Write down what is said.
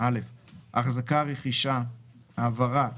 רכישה והעברה